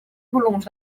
volums